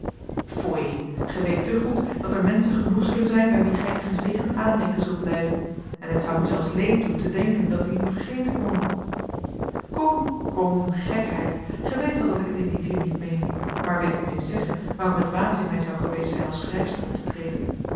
foei gij weet te goed dat er menschen genoeg zullen zijn bij wie gij in gezegend aandenken zult blijven en het zoû u zelfs leed doen te denken dat die u vergeten konnen kom kom gekheid gij weet wel dat ik het in dien zin niet meen maar wil ik u eens zeggen waarom het dwaas in mij zoû geweest zijn als schrijfster op te treden